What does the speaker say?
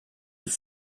have